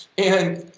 and